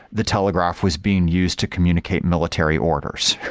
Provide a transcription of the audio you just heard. the telegraph was being used to communicate military orders.